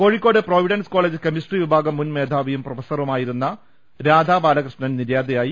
Kozhikode Providence College chemistry വിഭാഗം മുൻ മേധാവിയും പ്രൊഫസറുമായിരുന്ന രാധാ ബാലകൃഷ്ണൻ നിര്യാതയായി